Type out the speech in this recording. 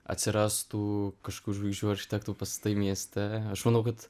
atsirastų kažkur žvaigždžių architektų pastatai mieste aš manau kad